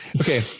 Okay